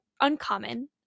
uncommon